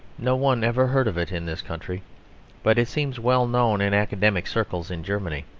no one ever heard of it in this country but it seems well known in academic circles in germany.